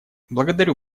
благодарю